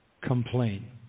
complain